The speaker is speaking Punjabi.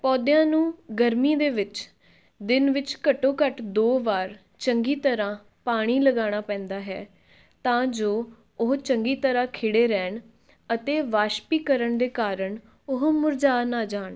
ਪੌਦਿਆਂ ਨੂੰ ਗਰਮੀ ਦੇ ਵਿੱਚ ਦਿਨ ਵਿੱਚ ਘੱਟੋ ਘੱਟ ਦੋ ਵਾਰ ਚੰਗੀ ਤਰ੍ਹਾਂ ਪਾਣੀ ਲਗਾਉਣਾ ਪੈਂਦਾ ਹੈ ਤਾਂ ਜੋ ਉਹ ਚੰਗੀ ਤਰ੍ਹਾਂ ਖਿੜੇ ਰਹਿਣ ਅਤੇ ਵਾਸ਼ਪੀਕਰਨ ਦੇ ਕਾਰਨ ਉਹ ਮੁਰਝਾ ਨਾ ਜਾਣ